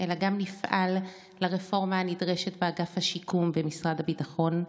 אלא גם נפעל לרפורמה הנדרשת באגף השיקום במשרד הביטחון,